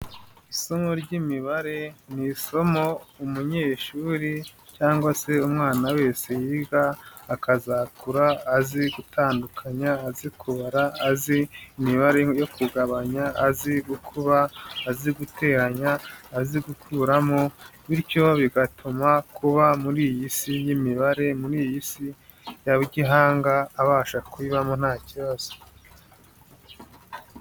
Isomo ry'imibare ni isomo umunyeshuri cyangwa se umwana wese yiga akazakura azi gutandukanya, azi kubara, azi imibare yo kugabanya, azi gukuba, azi guteranya, azi gukuramo bityo bigatuma kuba muri iyi si y'imibare, muri iyi si ya gihanga abasha kuyibamo nta kibazo.